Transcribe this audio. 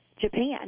Japan